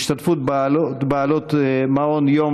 (השתתפות בעלות מעון יום